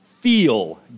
feel